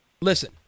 listen